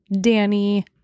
Danny